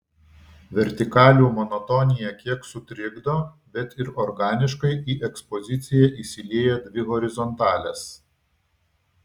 vertikalių monotoniją kiek sutrikdo bet ir organiškai į ekspoziciją įsilieja dvi horizontalės